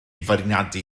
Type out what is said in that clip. feirniadu